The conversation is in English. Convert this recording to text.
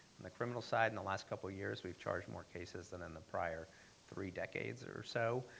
and the criminal side in the last couple of years we've charged more cases than in the prior three decades or so.